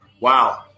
Wow